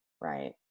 right